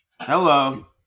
Hello